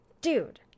Dude